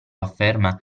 afferma